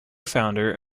founder